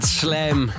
slam